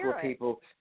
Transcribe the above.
people